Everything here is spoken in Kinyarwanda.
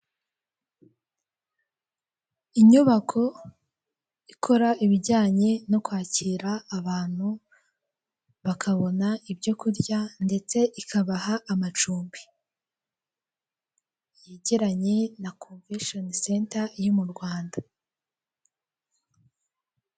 Inyubako ikora ibijyanye no kwakira abantu, bakabona ibyo kurya ndetse ikabaha amacumbi, yegeranye na komvesheni senta iri mu Rwanda.